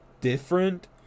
different